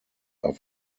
are